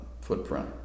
footprint